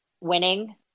winning